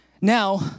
Now